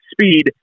speed